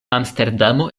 amsterdamo